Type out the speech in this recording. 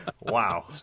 Wow